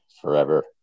forever